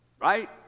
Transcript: right